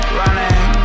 running